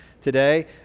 today